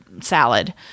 salad